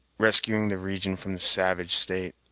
rescuing the region from the savage state.